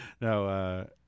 No